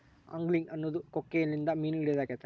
angling ಅನ್ನೊದು ಕೊಕ್ಕೆಲಿಂದ ಮೀನು ಹಿಡಿದಾಗೆತೆ